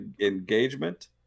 Engagement